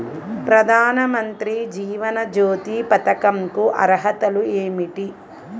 ప్రధాన మంత్రి జీవన జ్యోతి పథకంకు అర్హతలు ఏమిటి?